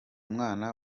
mwana